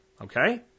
Okay